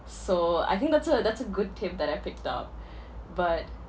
so I think that's a that's a good tip that I picked up but